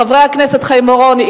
חברי הכנסת חיים אורון,